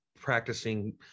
practicing